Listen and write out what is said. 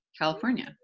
California